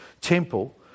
temple